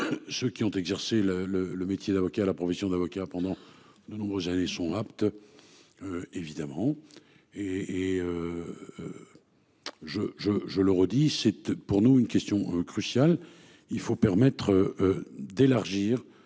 Ceux qui ont exercé le le le métier d'avocat à la profession d'avocat pendant de nombreuses années sont aptes. Évidemment et et. Je je je le redis, c'est pour nous une question cruciale, il faut permettre. D'élargir